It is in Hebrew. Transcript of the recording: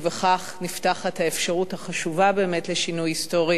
ובכך נפתחת האפשרות החשובה באמת לשינוי היסטורי